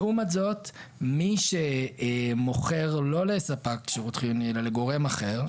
לעומת זאת מי שמוכר לא לספק שירות חיוני אלא לגורם אחר,